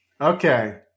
Okay